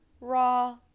Raw